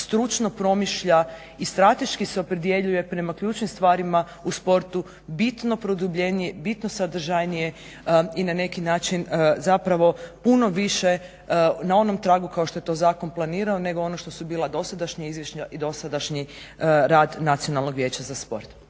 stručno promišlja i strateški se opredjeljuje prema ključnim stvarima u sportu bitno produbljenije, bitno sadržajnije i na neki način puno više na onom tragu kao što je to zakon planirao nego ono što su bila dosadašnja izvješća i dosadašnji rad Nacionalnog vijeća za sport.